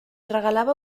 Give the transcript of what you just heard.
regalava